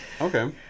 Okay